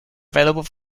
available